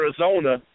Arizona